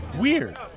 Weird